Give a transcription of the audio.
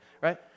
right